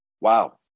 wow